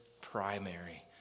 primary